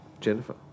Jennifer